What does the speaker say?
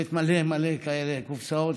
והבאת מלא מלא כאלה קופסאות,